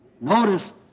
Notice